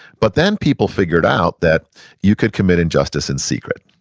but then people figured out that you could commit injustice in secret.